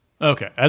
Okay